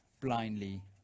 blindly